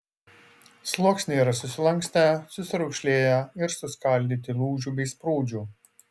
sluoksniai yra susilankstę susiraukšlėję ir suskaldyti lūžių bei sprūdžių